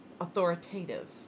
authoritative